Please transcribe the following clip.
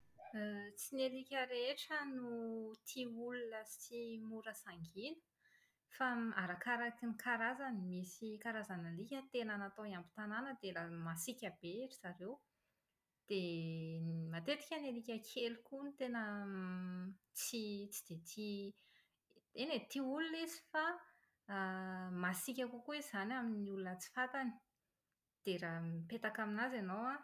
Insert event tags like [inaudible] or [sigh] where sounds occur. [hesitation] Tsy ny alika rehetra no tia olona sy mora sangiana, fa arakaraka ny karazany. Misy karazan’alika tena natao hiambin-tanàna dia raha masiaka be ry zareo. Dia matetika ny alika kely koa no tena [hesitation] tsy tsy dia tia eny eh tia olona izy fa [hesitation] masiaka kokoa izy izany amin’ny olona tsy fantany dia raha mipetaka aminazy ianao an,